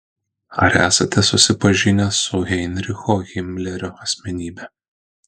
ar esate susipažinęs su heinricho himlerio asmenybe